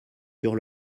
sur